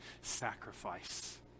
sacrifice